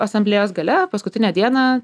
asamblėjos gale paskutinę dieną